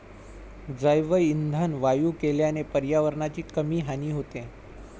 जैवइंधन वायू केल्याने पर्यावरणाची कमी हानी होते